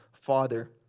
father